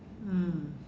mm